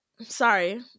sorry